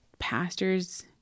pastors